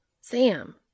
Sam